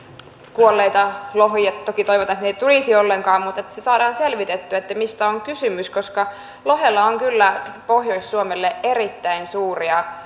kuolleita lohia toki toivotaan että niitä ei tulisi ollenkaan mutta myös että saadaan selvitettyä mistä on kysymys koska lohella on kyllä pohjois suomelle erittäin suuria